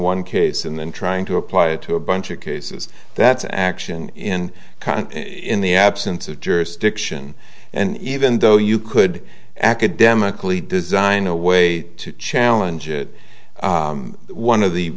one case and then trying to apply it to a bunch of cases that's an action in kind of in the absence of jurisdiction and even though you could academically design a way to challenge it one of the